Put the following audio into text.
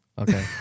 Okay